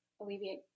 alleviate